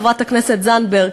חברת הכנסת זנדברג,